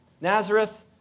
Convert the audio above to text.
Nazareth